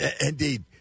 Indeed